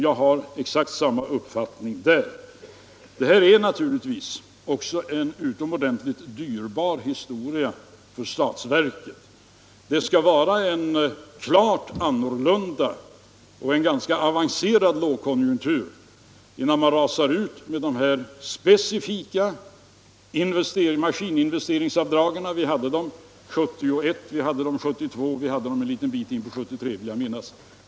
Jag har exakt samma uppfattning på den punkten. Det här är naturligtvis också en utomordentligt dyrbar historia för statsverket. Det skall vara en klart annorlunda och ganska avancerad lågkonjunktur innan man skyndar fram med dessa maskininvesteringsavdrag som vi medgav 1971, 1972 och som jag vill minnas också ett stycke in på 1973.